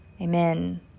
Amen